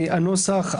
הנוסח,